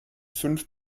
fünf